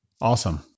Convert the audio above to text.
Awesome